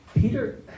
Peter